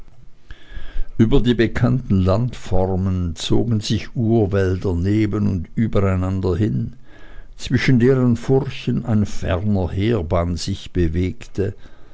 über die bekannten landformen zogen sich urwälder neben und übereinander hin zwischen deren furchen ein ferner heerbann sich bewegte